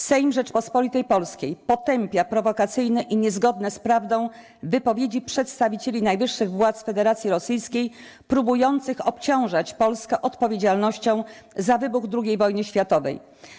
Sejm Rzeczypospolitej Polskiej potępia prowokacyjne i niezgodne z prawdą wypowiedzi przedstawicieli najwyższych władz Federacji Rosyjskiej próbujących obciążać Polskę odpowiedzialnością za wybuch II wojny światowej.